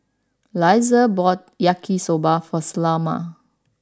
Eliezer bought Yaki Soba for Selma